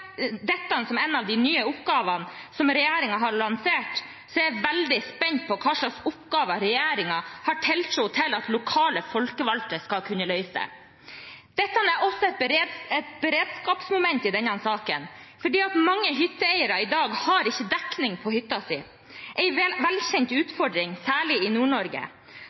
dette som en av de nye oppgavene, som regjeringen har lansert, er jeg veldig spent på hva slags oppgaver regjeringen har tiltro til at lokale folkevalgte skal kunne løse. Det er også et beredskapsmoment i denne saken, for mange hytteeiere i dag har ikke dekning på hytta si. Det er en velkjent utfordring, særlig i